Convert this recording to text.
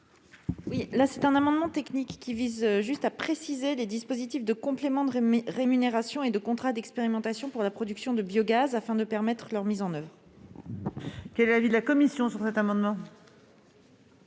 ministre. Cet amendement technique vise à préciser les dispositifs de complément de rémunération et de contrat d'expérimentation pour la production de biogaz, afin de permettre leur mise en oeuvre. Quel est l'avis de la commission des affaires